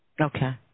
Okay